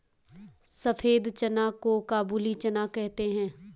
सफेद चना को काबुली चना कहते हैं